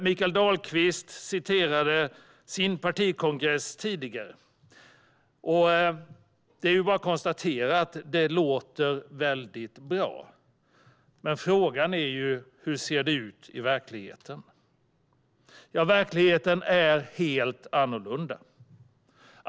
Mikael Dahlqvist citerade tidigare sin partikongress, och det är bara att konstatera att det låter väldigt bra. Men frågan är hur det ser ut i verkligheten. Ja, verkligheten är helt annorlunda.